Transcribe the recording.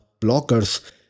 blockers